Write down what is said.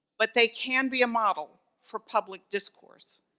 but they can be a model for public discourse.